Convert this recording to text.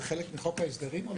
זה חלק מחוק ההסדרים.